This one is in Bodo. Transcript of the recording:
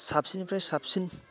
साबसिननिफ्राय साबसिन